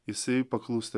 jisai paklūsta